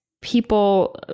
people